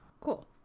Cool